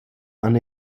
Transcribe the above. han